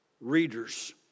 readers